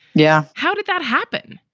yeah. how did that happen?